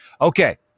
Okay